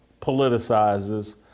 politicizes